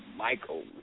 Michael